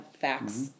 facts